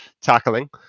tackling